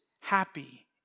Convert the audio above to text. happy